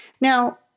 Now